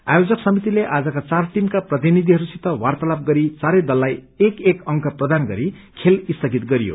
आयोजक समितिले आजका चार टीमका प्रतिनिधिहरूसित वार्तालाप गरी चारै दललाई एक एक अंक प्रदान गरी खेल स्थगित गरियो